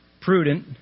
prudent